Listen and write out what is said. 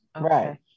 Right